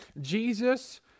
Jesus